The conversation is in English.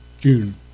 June